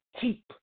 keep